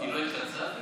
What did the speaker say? היא לא התכנסה אפילו?